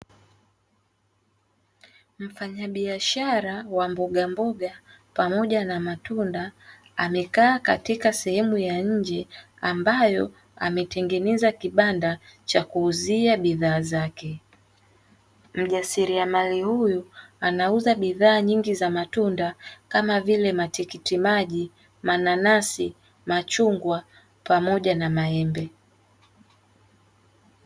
Mfanyabiashara wa mbogamboga pamoja na matunda amekaa katika sehemu ya nje ambayo ametengeneza kibanda cha kuuzia bidhaa zake. Mjasiriamali huyu anauza bidhaa nyingi za matunda, kama vile: matikitimaji, mananasi, machungwa pamoja na maembe.